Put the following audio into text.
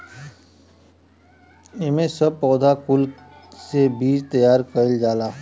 एमे सब पौधा कुल से बीज तैयार कइल जाला